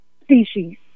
species